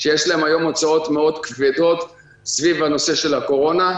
שיש להן היום הוצאות כבדות מאוד סביב נושא הקורונה.